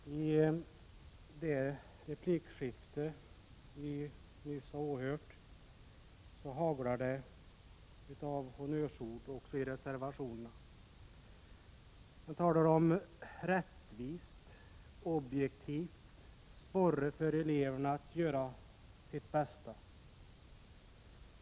Herr talman! I det replikskifte som vi nyss har åhört haglar det av honnörsord, och detta gäller även reservationerna. Det talas om rättvisa, objektivitet och sporrar för eleverna att göra sitt bästa.